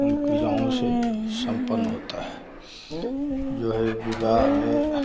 उन क्रियाओं से सम्पन्न होता है जो है विवाह में